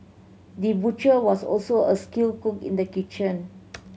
the butcher was also a skilled cook in the kitchen